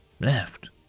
left